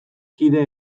kide